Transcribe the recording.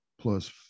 plus